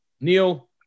Neil